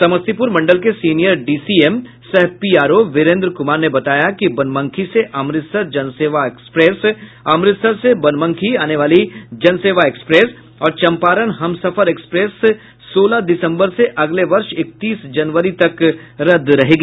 समस्तीपुर मंडल के senior DCM सह पीआरओ वीरेन्द्र कुमार ने बताया कि बनमनखी से अमृतसर जनसेवा एक्सप्रेस अमृतसर से बनमनखी आने वाली जनसेवा एक्सप्रेस और चंपारण हमसफर एक्सप्रेस सोलह दिसंबर से अगले वर्ष इकतीस जनवरी तक रद्द रहेगी